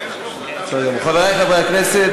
חברי חברי הכנסת,